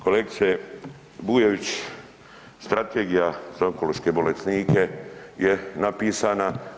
Kolegice Bujević, strategija za onkološke bolesnike je napisana.